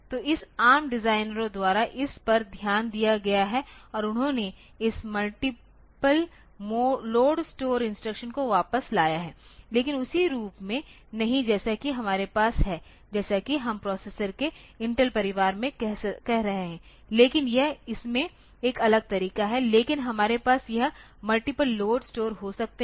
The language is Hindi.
तो इस ARM डिजाइनरों द्वारा इस पर ध्यान दिया गया है और उन्होंने इस मल्टीप्ल लोड स्टोर इंस्ट्रक्शन को वापस लाया है लेकिन उसी रूप में नहीं जैसा कि हमारे पास है जैसा कि हम प्रोसेसर के इंटेल परिवार में कह रहे हैं लेकिन यह इसमें एक अलग तरीका है लेकिन हमारे पास यह मल्टीप्ल लोड स्टोर हो सकते हैं